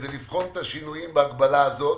הן לבחון את השינויים בהגבלה הזאת,